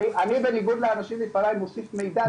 אני בניגוד לאנשים לפניי מוסיף מידע לדיון הזה.